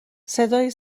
صدای